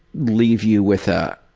leave you with ah